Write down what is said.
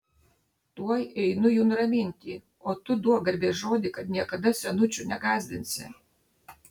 tuoj einu jų nuraminti o tu duok garbės žodį kad niekada senučių negąsdinsi